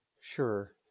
Sure